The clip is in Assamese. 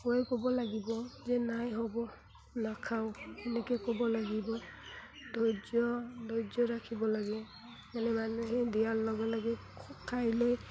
ক'ব লাগিব যে নাই হ'ব নাখাওঁ এনেকৈ ক'ব লাগিব ধৈৰ্য ধৈৰ্য ৰাখিব লাগে মানে মানুহে দিয়াৰ লগে লাগে খাই লৈ